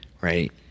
right